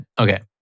Okay